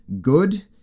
good